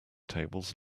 tables